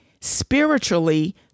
spiritually